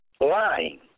lying